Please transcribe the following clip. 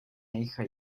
hija